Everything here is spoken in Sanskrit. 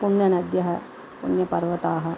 पुण्यनद्यः पुण्यपर्वताः